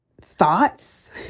thoughts